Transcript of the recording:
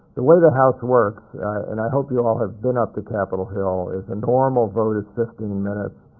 the way the house works and i hope you all have been up to capitol hill is a normal vote is fifteen minutes.